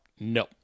No